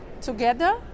together